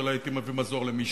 אולי הייתי מביא מזור למישהו,